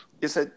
Yes